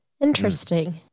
Interesting